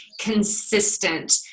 consistent